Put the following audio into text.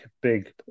big